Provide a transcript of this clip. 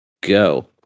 Go